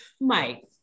Mike